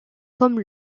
comme